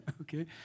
okay